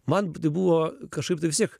man tai buvo kažkaip tai vis tiek